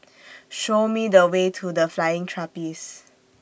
Show Me The Way to The Flying Trapeze